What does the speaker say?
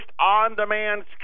on-demand